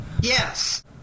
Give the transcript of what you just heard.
Yes